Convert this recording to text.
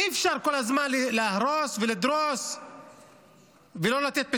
אי-אפשר כל הזמן להרוס ולדרוס ולא לתת פתרונות.